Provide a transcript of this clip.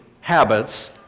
habits